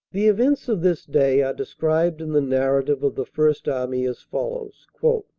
the events of this day are described in the narrative of the first army as follows nov.